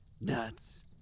nuts